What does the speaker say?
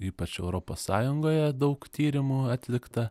ypač europos sąjungoje daug tyrimų atlikta